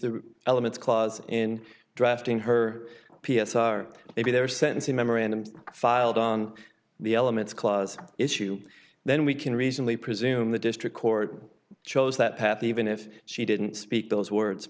the elements clause in drafting her p s r maybe their sentencing memorandum filed on the elements clause issue then we can reasonably presume the district court chose that path even if she didn't speak those words